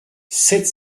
sept